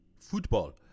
Football